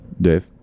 Dave